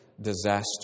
disaster